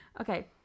Okay